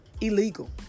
illegal